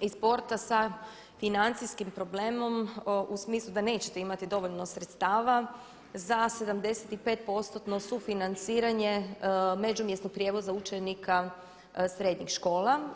i sporta sa financijskim problemom u smislu da nećete imati dovoljno sredstava za 75%-tno sufinanciranje međumjesnog prijevoza učenika srednjih škola.